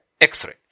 X-ray